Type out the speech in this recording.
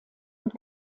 und